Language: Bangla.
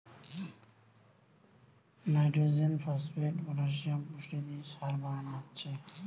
নাইট্রজেন, ফোস্টফেট, পটাসিয়াম পুষ্টি দিয়ে সার বানানা হচ্ছে